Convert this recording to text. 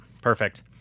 Perfect